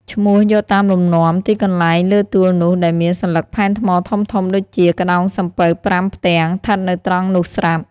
ឈ្នោះយកតាមលំនាំ ទីកន្លែងលើទួលនោះ ដែលមានសន្លឹកផែនថ្មធំៗដូចជា ក្តោងសំពៅប្រាំផ្ទាំង ឋិតនៅត្រង់នោះស្រាប់ ។